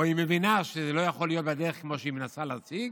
או היא מבינה שזה לא יכול להיות בדרך כמו שהיא מנסה להשיג,